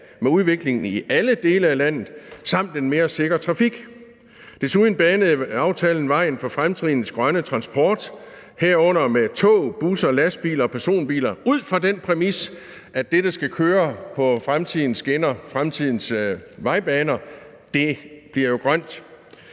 med udvikling i alle dele af landet samt en mere sikker trafik. Desuden banede aftalen vejen for fremtidens grønne transport, herunder med tog, busser, lastbiler og personbiler, ud fra den præmis, at dette skal køre på fremtidens skinner, fremtidens vejbaner. Det bliver jo grønt.